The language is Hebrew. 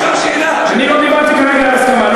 אני לא דיברתי כרגע על הסכמה,